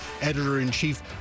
Editor-in-Chief